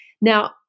Now